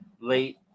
late